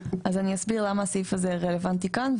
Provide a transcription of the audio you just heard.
אני אסביר למה הסעיף הזה רלוונטי כאן,